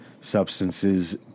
substances